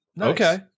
Okay